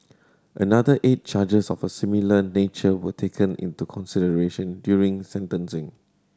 another eight charges of a similar nature were taken into consideration during sentencing